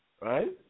right